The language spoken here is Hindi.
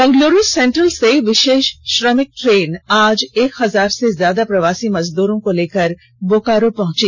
बंगलूरू सेंट्रल से विषेष श्रमिक ट्रेन आज एक हजार से ज्यादा प्रवासी मजदूरों को लेकर बोकारो पहुंची